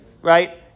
right